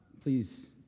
Please